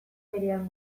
berean